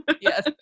Yes